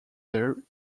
there